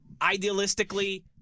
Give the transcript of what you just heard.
idealistically